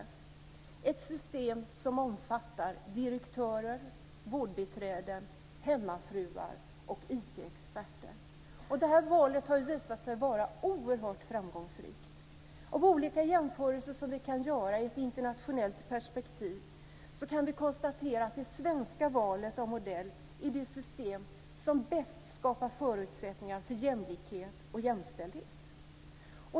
Det är ett system som omfattar direktörer, vårdbiträden, hemmafruar och IT-experter. Det valet har visat sig vara oerhört framgångsrikt. Av olika jämförelser som vi kan göra i ett internationellt perspektiv kan vi konstatera att det svenska valet av modell är det system som bäst skapar förutsättningar för jämlikhet och jämställdhet.